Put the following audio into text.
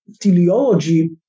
teleology